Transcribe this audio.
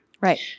Right